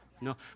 No